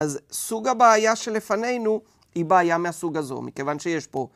אז סוג הבעיה שלפנינו היא בעיה מהסוג הזו, מכיוון שיש פה